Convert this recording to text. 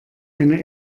eine